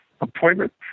appointment